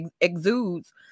exudes